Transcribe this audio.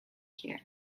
here